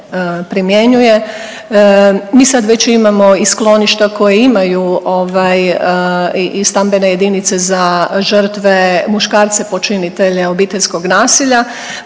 primjenjuje. Mi sad već imamo i skloništa koja imaju ovaj i stambene jedinice za žrtve muškarce počinitelje obiteljskog nasilja,